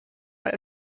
but